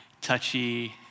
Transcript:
touchy